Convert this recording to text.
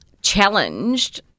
challenged